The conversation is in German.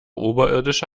oberirdische